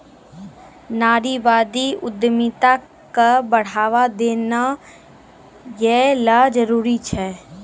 नारीवादी उद्यमिता क बढ़ावा देना यै ल जरूरी छै